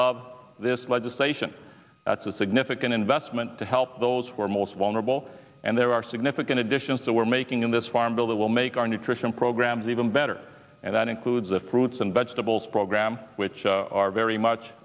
of this legislation that's a significant investment to help those who are most vulnerable and there are significant additions that we're making in this farm bill that will make our nutrition programs even better and that includes the fruits and vegetables program which are very much